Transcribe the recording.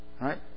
Right